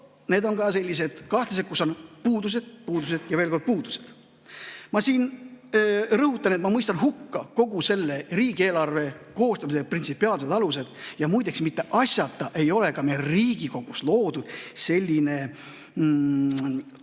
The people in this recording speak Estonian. need on ka sellised kahtlased, kus on puudused, puudused ja veel kord puudused. Ma rõhutan siin, et ma mõistan hukka kogu selle riigieelarve koostamise printsipiaalsed alused. Ja muide, mitte asjata ei ole meil Riigikogus loodud selline